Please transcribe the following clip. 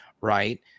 Right